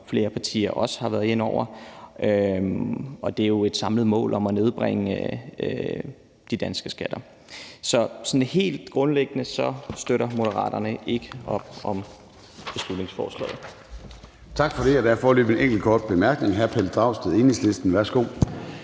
flere partier også har været inde over, og det er jo et samlet mål at nedbringe de danske skatter. Så helt grundlæggende støtter Moderaterne ikke op om beslutningsforslaget.